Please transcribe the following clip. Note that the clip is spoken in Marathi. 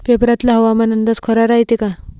पेपरातला हवामान अंदाज खरा रायते का?